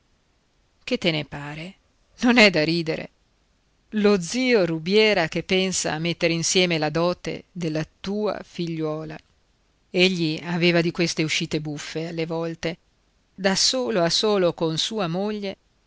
che te ne pare non è da ridere lo zio rubiera che pensa a mettere insieme la dote della tua figliuola egli aveva di queste uscite buffe alle volte da solo a solo con sua moglie